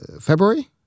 February